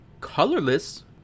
colorless